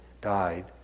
died